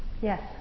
Yes